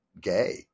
gay